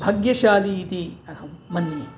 भाग्यशाली इति अहं मन्ये